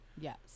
Yes